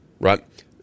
right